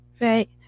Right